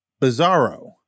Bizarro